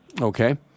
Okay